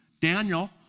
Daniel